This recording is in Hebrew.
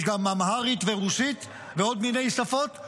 יש גם אמהרית ורוסית ועוד מיני שפות, שאנחנו